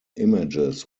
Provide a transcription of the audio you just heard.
images